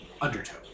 Undertow